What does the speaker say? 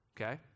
okay